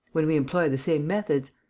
when we employ the same methods.